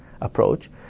approach